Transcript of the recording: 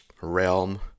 realm